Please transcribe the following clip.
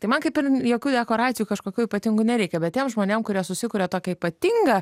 tai man kaip ir jokių dekoracijų kažkokių ypatingų nereikia bet tiem žmonėm kurie susikuria tokią ypatingą